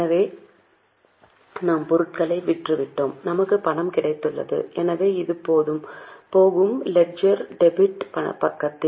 எனவே நாம் பொருட்களை விற்றுவிட்டோம் நமக்கு பணம் கிடைத்துள்ளது எனவே இது போகும் லெட்ஜரில் டெபிட் பக்கத்தில்